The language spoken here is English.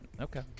Okay